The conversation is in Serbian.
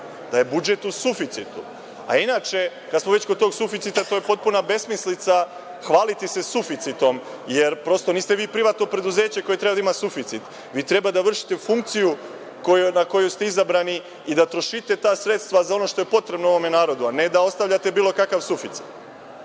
da je budžet u suficitu. Inače, kad smo već kod tog suficita, to je potpuna besmislica hvaliti se suficitom jer prosto niste vi privatno preduzeće koje treba da ima suficit. Vi treba da vršite funkciju na koju ste izabrani i da trošite ta sredstva za ono što je potrebno ovome narodu, a ne da ostavljate bilo kakav suficit. Dakle,